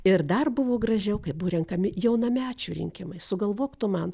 ir dar buvo gražiau kai buvo renkami jaunamečių rinkimai sugalvok tu man